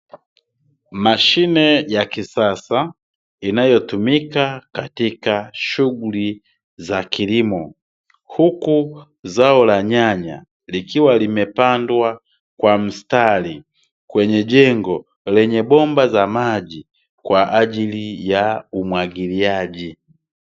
Mashine ya kisasa inayotumika katika shughuli za kilimo, huku zao la nyanya likiwa limepandwa kwa mstari, kwenye jengo lenye bomba za maji, kwa ajili ya umwagiliaji.